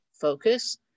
focus